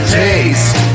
taste